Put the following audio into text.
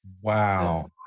Wow